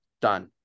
Done